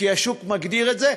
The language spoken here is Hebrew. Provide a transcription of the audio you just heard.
כי השוק מגדיר את זה,